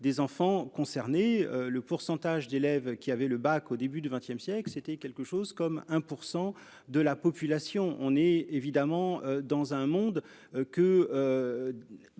des enfants concernés. Le pourcentage d'élèves qui avaient le bac au début du XXe siècle c'était quelque chose comme un pour 100 de la population, on est évidemment dans un monde que.